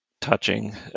touching